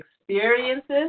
experiences